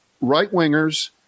Right-wingers